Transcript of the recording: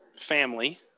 family